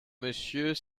monsieur